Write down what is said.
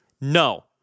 No